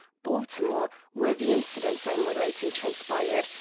baltimore, where the incidents i am relating transpired,